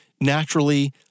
naturally